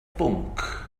bwnc